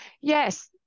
Yes